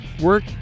work